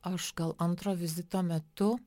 aš gal antro vizito metu